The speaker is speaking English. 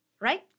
right